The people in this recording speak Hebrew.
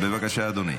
בבקשה, אדוני.